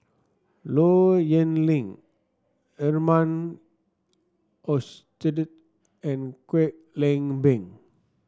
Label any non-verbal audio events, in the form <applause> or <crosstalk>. Low Yen Ling Herman <unintelligible> and Kwek Leng Beng